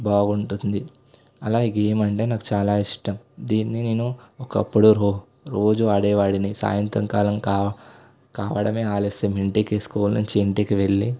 బాగుంటుంది అలా ఈ గేమ్ అంటే నాకు చాలా ఇష్టం దీన్ని నేను ఒకప్పుడు రో రోజు ఆడేవాడిని సాయంకాలం కా కావడమే ఆలస్యం ఇంటికి స్కూల్ నుంచి ఇంటికి వెళ్ళి